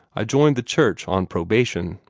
i joined the church on probation.